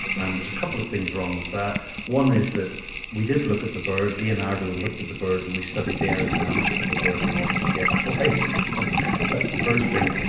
and there's a couple of things wrong with that one is that we did look at the bird, leonardo looked at the bird and we studied the aerodynamics of the bird in order to get flight that's the first thing.